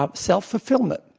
ah self fulfillment.